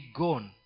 gone